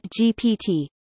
GPT